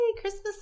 Christmas